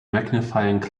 magnifying